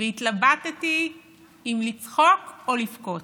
והתלבטתי אם לצחוק או לבכות.